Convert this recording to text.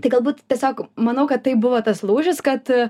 tai galbūt tiesiog manau kad tai buvo tas lūžis kad